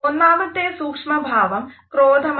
ഒന്നാമത്തെ സൂക്ഷമഭാവം ക്രോധമാണ്